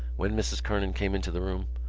when mrs. kernan came into the room,